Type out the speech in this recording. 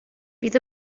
bydd